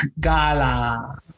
Gala